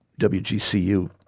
WGCU –